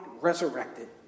resurrected